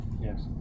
Yes